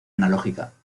analógica